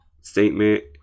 statement